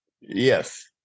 yes